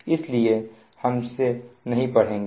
इसलिए हम इसे नहीं पढ़ेंगे